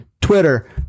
Twitter